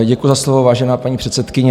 Děkuji za slovo, vážená paní předsedkyně.